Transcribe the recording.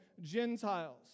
Gentiles